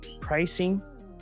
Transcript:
pricing